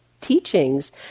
teachings